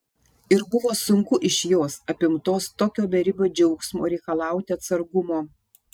ir buvo sunku iš jos apimtos tokio beribio džiaugsmo reikalauti atsargumo